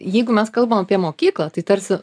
jeigu mes kalbam apie mokyklą tai tarsi